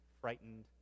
frightened